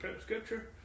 scripture